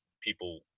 people